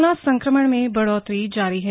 corona संक्रमण में बढोतरी जारी है